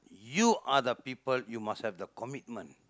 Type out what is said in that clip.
you are the people you must have the commitment